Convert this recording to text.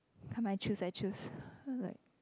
come I choose I choose like